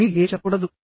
మీరు ఏమి చెప్పకూడదు